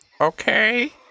Okay